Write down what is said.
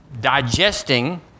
digesting